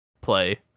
play